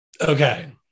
okay